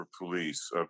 police